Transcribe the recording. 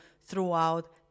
throughout